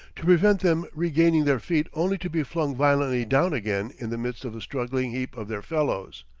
to prevent them regaining their feet only to be flung violently down again in the midst of a struggling heap of their fellows.